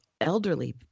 elderly